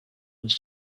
was